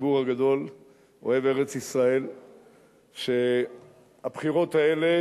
לציבור הגדול אוהב ארץ-ישראל שהבחירות האלה